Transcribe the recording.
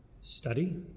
study